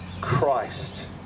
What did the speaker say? Christ